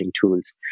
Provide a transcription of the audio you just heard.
tools